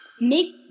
make